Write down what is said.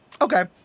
Okay